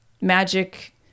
magic